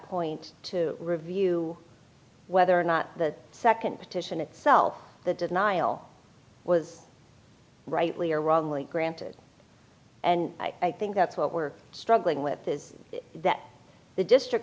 point to review whether or not the second petition itself the denial was rightly or wrongly granted and i think that's what we're struggling with is that the district